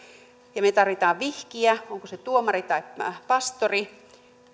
ja me tarvitsemme vihkijän onko se tuomari tai pastori